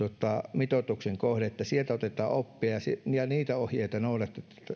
mitoitusten kohde että sieltä otetaan oppia ja että niitä ohjeita noudatettaisiin